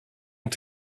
ont